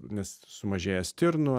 nes sumažėja stirnų